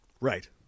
Right